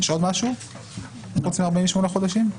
יש עוד משהו חוץ מ-48 חודשים?